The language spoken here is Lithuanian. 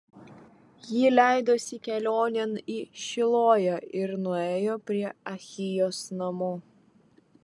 ji leidosi kelionėn į šiloją ir nuėjo prie ahijos namų